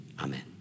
Amen